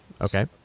Okay